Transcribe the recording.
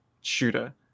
shooter